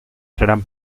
seran